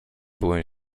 byłem